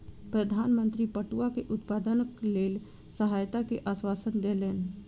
प्रधान मंत्री पटुआ के उत्पादनक लेल सहायता के आश्वासन देलैन